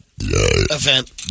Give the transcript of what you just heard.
event